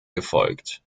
gefolgt